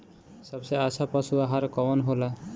सबसे अच्छा पशु आहार कवन हो ला?